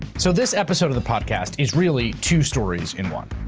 so this episode of the podcast is really two stories in one.